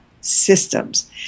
systems